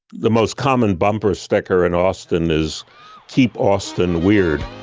the most common bumper sticker in austin is keep austin weird.